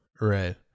Right